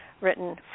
written